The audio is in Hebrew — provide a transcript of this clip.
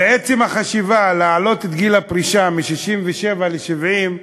ועצם החשיבה להעלות את גיל הפרישה מ-67 ל-70,